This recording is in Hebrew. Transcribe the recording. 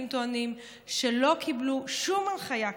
טוענים שלא קיבלו שום הנחיה כזאת,